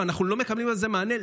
ואנחנו לא מקבלים על זה מענה,